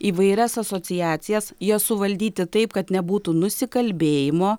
įvairias asociacijas jas suvaldyti taip kad nebūtų nusikalbėjimo